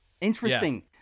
Interesting